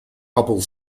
hubble